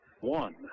one